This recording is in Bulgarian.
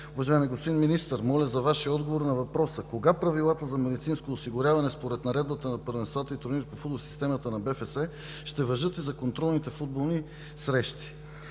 Уважаеми господин Министър, моля за Вашия отговор на въпроса: кога правилата за медицинско осигуряване според Наредбата за първенствата и турнирите по футбол в системата на БФС ще важат и за контролните футболни срещи?